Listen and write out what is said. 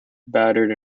battered